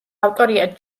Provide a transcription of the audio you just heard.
ავტორია